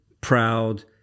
proud